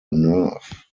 nerve